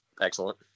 excellent